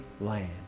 land